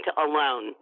alone